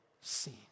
seen